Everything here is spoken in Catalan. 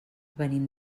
venim